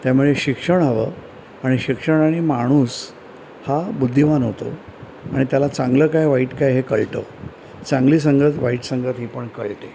त्यामुळे शिक्षण हवं आणि शिक्षणानी माणूस हा बुद्धिमान होतो आणि त्याला चांगलं काय वाईट काय हे कळतं चांगली संगत वाईट संगत ही पण कळते